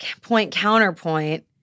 point-counterpoint—